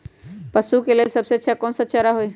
पशु के लेल सबसे अच्छा कौन सा चारा होई?